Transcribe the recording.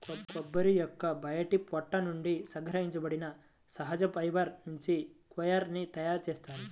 కొబ్బరి యొక్క బయటి పొట్టు నుండి సంగ్రహించబడిన సహజ ఫైబర్ నుంచి కోయిర్ ని తయారు చేస్తారు